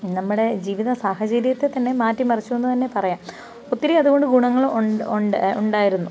നമ്മുടെ ജീവിത സാഹചര്യത്തെ തന്നെ മാറ്റിമറിച്ചൂന്ന് തന്നെ പറയാം ഒത്തിരി അതുകൊണ്ട് ഗുണങ്ങൾ ഉണ്ട് ഉണ്ടായിരുന്നു